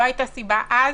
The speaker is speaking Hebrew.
לא הייתה סיבה אז